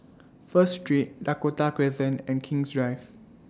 First Street Dakota Crescent and King's Drive